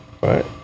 Right